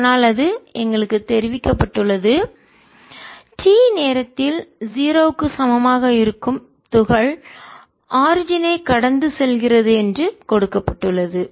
ஆனால் அது எங்களுக்குத் தெரிவிக்கப்பட்டுள்ளது t நேரத்தில் 0 க்கு சமமாக இருக்கும் துகள் ஆரிஜினை கடந்து செல்கிறது என்று கொடுக்கப்பட்டுள்ளது